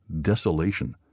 desolation